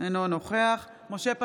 אינו נוכח משה פסל,